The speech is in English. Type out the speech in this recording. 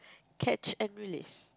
catch and release